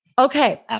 Okay